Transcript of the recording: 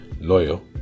loyal